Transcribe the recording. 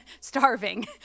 starving